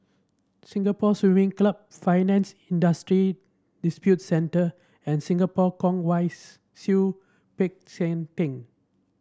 Singapore Swimming Club Finance Industry Disputes Center and Singapore Kwong Wai Siew Peck San Theng